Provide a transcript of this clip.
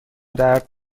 درد